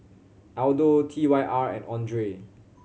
Aldo T Y R and Andre